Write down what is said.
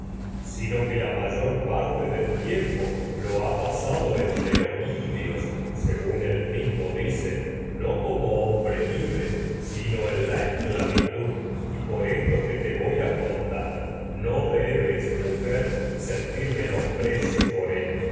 sino que la mayor parte del tiempo lo ha pasado entre hombre los lidios según sino en él mismo dice no como libre la esclavitud y por esto que te mujer voy a contar no debes sentir menosprecio por él